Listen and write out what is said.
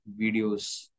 videos